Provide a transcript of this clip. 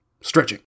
Stretching